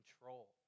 control